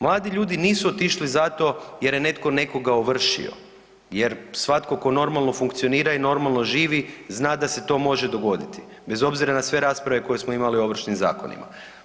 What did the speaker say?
Mladi ljudi nisu otišli zato jer je netko nekoga ovršio jer svatko tko normalno funkcionira i normalno živi zna da se to može dogoditi bez obzira na sve rasprave koje smo imali o ovršnim zakonima.